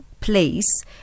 place